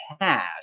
cash